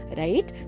right